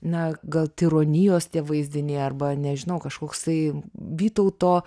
na gal tironijos tie vaizdiniai arba nežinau kažkoksai vytauto